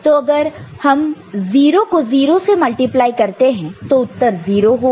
तो अगर हम 0 को 0 से मल्टिप्लाई करते हैं तो उत्तर 0 होगा